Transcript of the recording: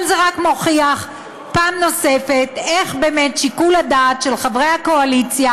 אבל זה רק מוכיח פעם נוספת איך באמת שיקול הדעת של חברי הקואליציה